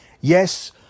Yes